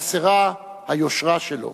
חסרה היושרה שלו.